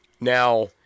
Now